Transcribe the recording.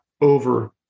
over